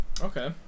Okay